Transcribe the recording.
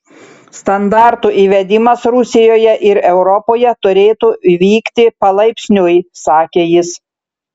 standartų įvedimas rusijoje ir europoje turėtų vykti palaipsniui sakė jis